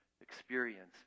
experience